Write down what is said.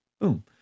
Boom